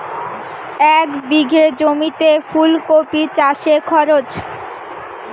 এক বিঘে জমিতে ফুলকপি চাষে খরচ?